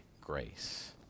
grace